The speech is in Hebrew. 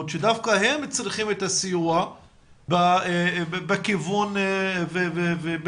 שדווקא הם צריכים את הסיוע בכיוון ובהדרכה,